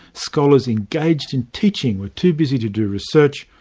scholars engaged in teaching were too busy to do research,